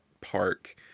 park